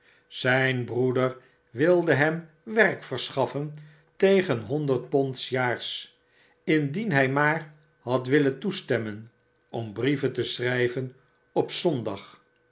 zyn broeder wilde hem werk verschaffen tegen honderd pond s jaars indien hy maar had willen toestemmen om brieven te schrijven op zondag